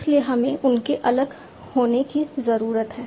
इसलिए हमें उनके अलग होने की जरूरत है